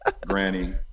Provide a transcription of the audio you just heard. Granny